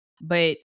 But-